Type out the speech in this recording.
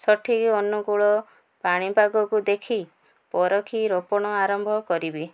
ସଠିକ୍ ଅନୁକୂଳ ପାଣିପାଗକୁ ଦେଖି ପରଖି ରୋପଣ ଆରମ୍ଭ କରିବେ